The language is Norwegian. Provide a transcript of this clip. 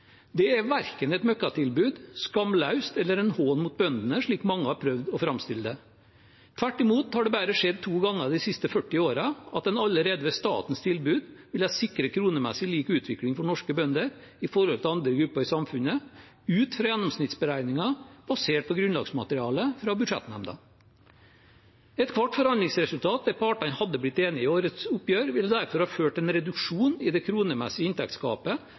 Det er verken et møkkatilbud, skamløst eller en hån mot bøndene, slik mange har prøvd å framstille det som. Tvert imot har det bare skjedd to ganger de siste 40 årene at en allerede ved statens tilbud ville sikre en kronemessig lik utvikling for norske bønder som andre grupper i samfunnet, ut fra gjennomsnittsberegninger basert på grunnlagsmaterialet fra budsjettnemnda. Ethvert forhandlingsresultat der partene i årets oppgjør hadde blitt enige, ville derfor ha ført til en reduksjon i det kronemessige inntektsgapet